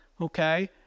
okay